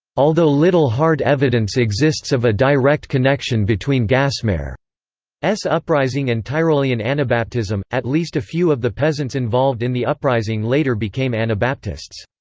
although little hard evidence exists of a direct connection between gasmair's uprising and tyrolian anabaptism, at least a few of the peasants involved in the uprising later became anabaptists.